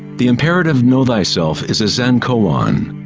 the imperative know thyself is a zen koan,